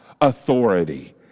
authority